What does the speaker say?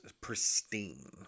pristine